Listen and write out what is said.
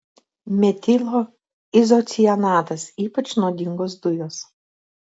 metilo izocianatas ypač nuodingos dujos